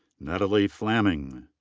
natalie flaming.